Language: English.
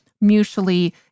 mutually